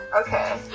Okay